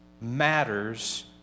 matters